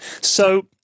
So-